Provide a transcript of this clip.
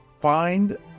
find